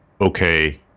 okay